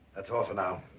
that's all for now.